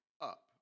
up